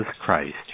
christ